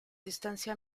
distancia